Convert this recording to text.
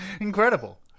incredible